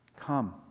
Come